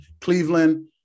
Cleveland